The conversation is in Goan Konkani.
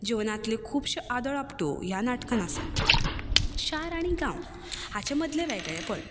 जिवनांतल्यो खुबसो आदळ आपटो ह्या नाटकांत आसा शार आनी गांव हाचे मदलें वेगळेंपण